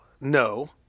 no